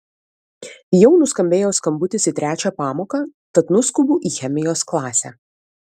jau nuskambėjo skambutis į trečią pamoką tad nuskubu į chemijos klasę